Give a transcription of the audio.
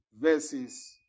verses